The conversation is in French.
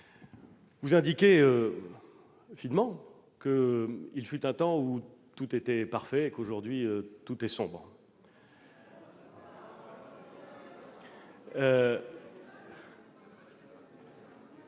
Vous indiquez finement qu'il fut un temps où tout était parfait et qu'aujourd'hui tout est sombre.